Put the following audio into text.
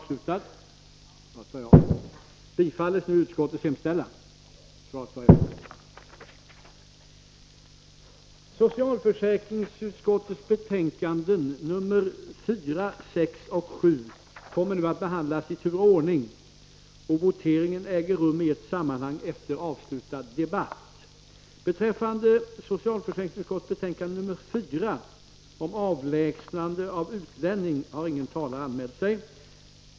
Skatteutskottets betänkanden 1, 2, 3 och 5 kommer nu att behandlas i tur och ordning. Voteringarna äger rum i ett sammanhang efter avslutad debatt. Till skatteutskottets betänkande 1 finns ingen talare anmäld.